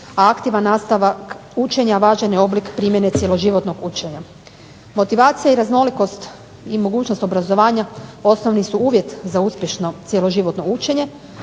a aktivan nastavak učenja važan je oblik primjene cjeloživotnog učenja. Motivacija i raznolikost i mogućnost obrazovanja osnovni su uvjet za uspješno cjeloživotno učenje,